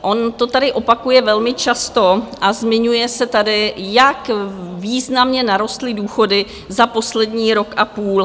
On to tady opakuje velmi často a zmiňuje se tady, jak významně narostly důchody za poslední rok a půl.